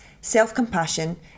self-compassion